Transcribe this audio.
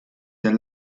der